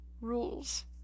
rules